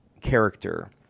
character